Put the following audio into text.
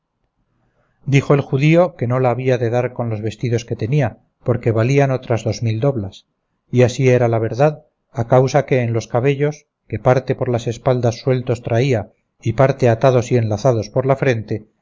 dijo el judío que no la había de dar con los vestidos que tenía porque valían otras dos mil doblas y así era la verdad a causa que en los cabellos que parte por las espaldas sueltos traía y parte atados y enlazados por la frente